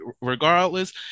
regardless